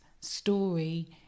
story